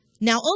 Now